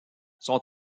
son